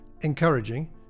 encouraging